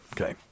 Okay